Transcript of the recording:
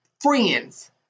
friends